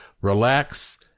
relax